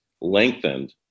lengthened